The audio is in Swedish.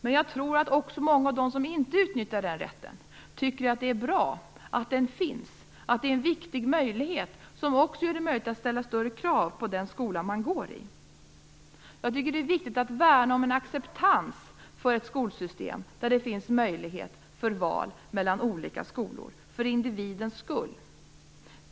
Men jag tror att också många av dem som inte utnyttjar den rätten tycker att det är bra att den finns och att det är en viktig möjlighet som också gör det möjligt att ställa större krav på den skola man går i. Jag tycker att det är viktigt att värna om en acceptans för ett skolsystem som ger möjlighet till val mellan olika skolor, för individens skull.